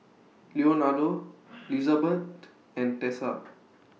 Leonardo Lizabeth and Tessa